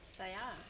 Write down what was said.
they are.